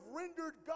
rendered